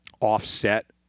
offset